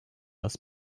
das